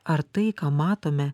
ar tai ką matome